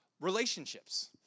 relationships